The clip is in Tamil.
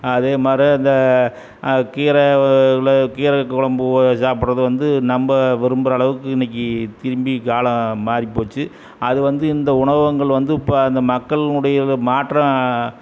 அதே மாரி இந்த கீரை உள்ள கீரை கொழம்பு சாப்பிடுறது வந்து நம்ப விரும்புகிற அளவுக்கு இன்றைக்கி திரும்பி காலம் மாறிப்போச்சு அது வந்து இந்த உணவகங்கள் வந்து இப்போ அந்த மக்கள்னுடைய மாற்றம்